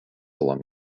along